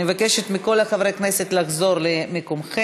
אני מבקשת מכל חברי הכנסת לחזור למקומם.